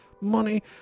money